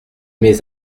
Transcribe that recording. mes